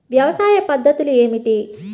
వ్యవసాయ పద్ధతులు ఏమిటి?